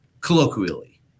colloquially